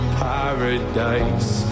paradise